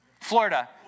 Florida